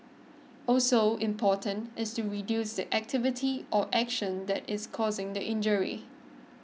also important is to reduce the activity or action that is causing the injury